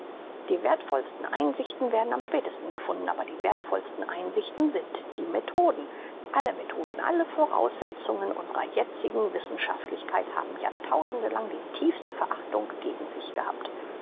die werthvollsten einsichten werden am spätesten gefunden aber die werthvollsten einsichten sind die methoden alle methoden alle voraussetzungen unsrer jetzigen wissenschaftlichkeit haben jahrtausende lang die tiefste verachtung gegen sich gehabt